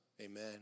Amen